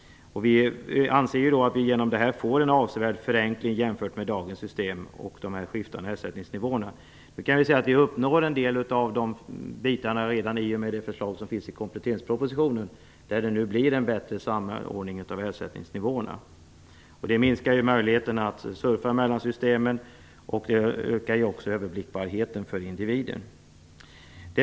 Vi anser att det härigenom blir en avsevärd förenkling jämfört med dagens system med de skiftande ersättningsnivåerna. Vissa delar uppnås redan i och med det förslag som finns i kompletteringspropositionen, vilket innebär en bättre samordning av ersättningsnivåerna. Det minskar möjligheterna att surfa mellan systemen, och det ökar också överblickbarheten för individen.